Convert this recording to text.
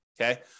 okay